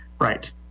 right